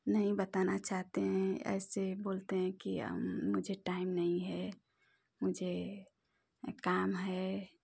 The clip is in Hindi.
नहीं बताना चाहते हैं ऐसे बोलते हैं कि हम मुझे टाइम नहीं है मुझे काम है